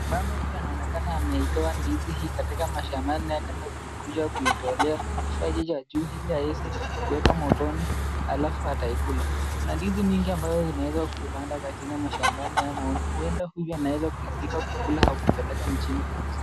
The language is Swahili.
Mama huyu anaonekana akiwa ameitoa ndizi katika mashambani na anaonekana kuja kuitolea kifaa cha juu ili aweze kuweka motoni alafu atakula. Kuna ndizi mingi ambayo imeweza kupanga katika mashambani au huenda huyu anaeza kuipika kukula au kupeleka mjini kuuza.